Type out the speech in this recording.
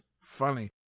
Funny